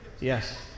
Yes